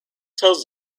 tells